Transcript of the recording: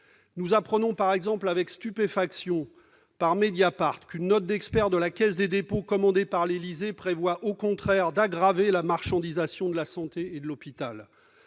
Nous apprenons par exemple avec stupéfaction, par, qu'une note d'experts de la Caisse des dépôts et consignations (CDC), commandée par l'Élysée, prévoit au contraire d'aggraver la marchandisation de la santé et de l'hôpital.